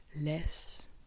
less